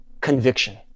conviction